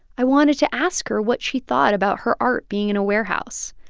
i wanted to ask her what she thought about her art being in a warehouse.